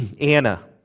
Anna